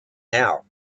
now